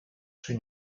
czy